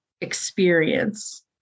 experience